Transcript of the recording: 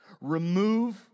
Remove